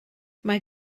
mae